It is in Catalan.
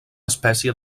espècie